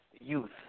youth